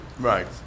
Right